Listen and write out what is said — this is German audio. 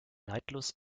neidlos